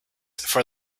for